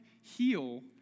heal